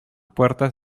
puerta